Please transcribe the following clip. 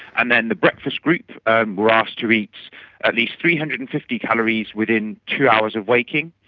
and then the breakfast group were asked to eat at least three hundred and fifty calories within two hours of waking,